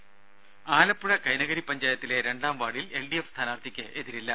ദര ആലപ്പുഴ കൈനകരി പഞ്ചായത്തിലെ രണ്ടാം വാർഡിൽ എൽഡിഎഫ് സ്ഥാനാർഥിക്ക് എതിരില്ല